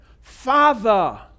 Father